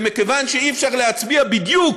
שמכיוון שאי-אפשר להצביע בדיוק